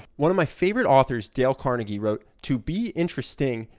one of my favorite authors, dale carnegie, wrote, to be interesting,